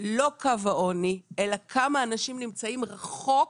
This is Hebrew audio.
לא קו העוני אלא כמה אנשים נמצאים רחוק